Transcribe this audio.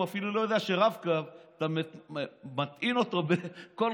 הוא אפילו לא יודע שאת הרב-קו אתה מטעין כל חודש